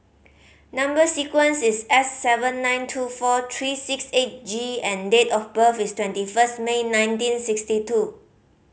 number sequence is S seven nine two four three six eight G and date of birth is twenty first May nineteen sixty two